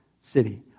City